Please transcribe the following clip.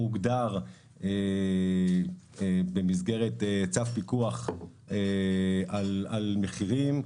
הוא הוגדר במסגרת צו פיקוח על מחירים,